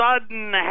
sudden